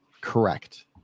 Correct